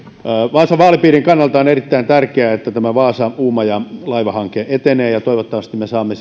vaasan vaalipiirin kannalta on erittäin tärkeää että tämä vaasa uumaja laivahanke etenee ja toivottavasti me saamme